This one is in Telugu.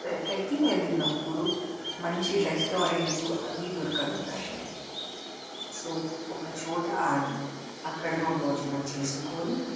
ట్రక్కింగ్ వెళ్ళినప్పుడు మంచి రెస్టారెంట్లు అవి దొరకడం కష్టం సో ఒక చోట ఆగి అక్కడ మా భోజనం చేసుకొని